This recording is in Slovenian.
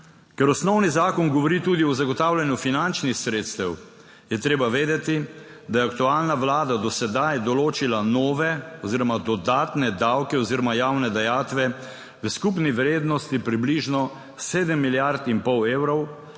ker osnovni zakon govori tudi o zagotavljanju finančnih sredstev, je treba vedeti, da je aktualna vlada do sedaj določila nove oziroma dodatne davke oziroma javne dajatve v skupni vrednosti približno sedem milijard in pol evrov